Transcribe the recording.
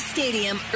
Stadium